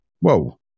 whoa